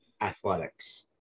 athletics